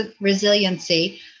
Resiliency